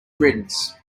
riddance